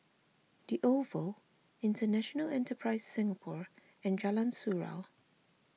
the Oval International Enterprise Singapore and Jalan Surau